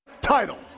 title